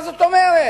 מה זאת אומרת?